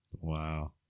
wow